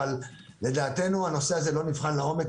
אבל לדעתנו הנושא הזה לא נבחן לעומק,